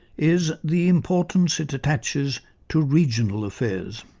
is the importance it attaches to regional affairs.